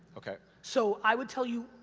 okay. so i would tell you,